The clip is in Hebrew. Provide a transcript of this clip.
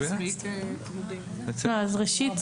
ראשית,